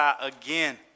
again